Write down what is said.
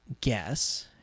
guess